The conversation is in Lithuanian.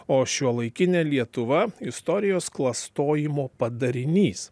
o šiuolaikinė lietuva istorijos klastojimo padarinys